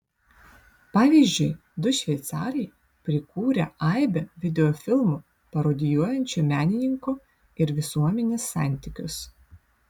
pavyzdžiui du šveicarai prikūrę aibę videofilmų parodijuojančių menininko ir visuomenės santykius